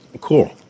Cool